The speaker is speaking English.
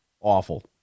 awful